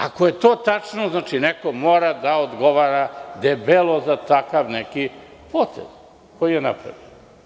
Ako je to tačno, znači, neko mora da odgovara debelo za takav neki potez koji je napravljen.